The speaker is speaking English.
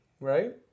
right